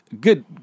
good